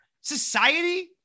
Society